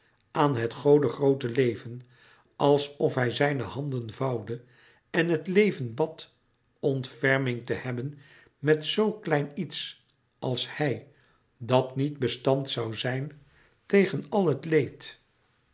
aan het gode groote leven alsof hij zijne handen vouwde en het leven bad ontferming te hebben louis couperus metamorfoze met zoo klein iets als hij dat niet bestand zoû zijn tegen al het leed